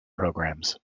programs